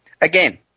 Again